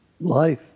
life